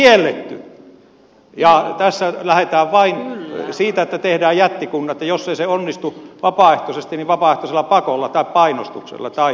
tässä lähdetään siitä että tehdään jättikunnat ja jos ei se onnistu vapaaehtoisesti niin vapaaehtoisella pakolla tai painostuksella tai kaaoksella